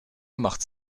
machte